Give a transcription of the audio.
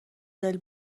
بال